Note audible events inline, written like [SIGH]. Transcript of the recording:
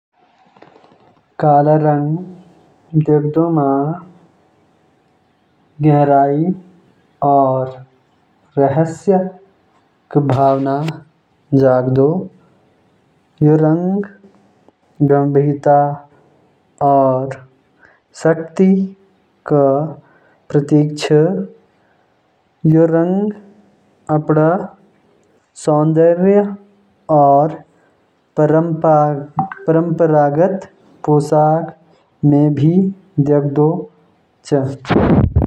काला रंग देखदा म गहराई और रहस्य क भावना जागदा। यो रंग गंभीरता और शक्ति क प्रतीक च। [HESITATION] यु रंग अपण सौंदर्य और परंपरागत पोशाक म भी देखदा।